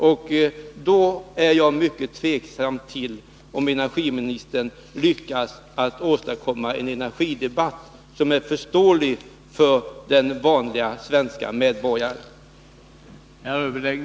Och då finner jag det mycket tveksamt om energiministern lyckas åstadkomma en energidebatt som är förståelig för den vanliga svenska medborgaren.